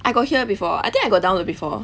I got hear before I think I got download before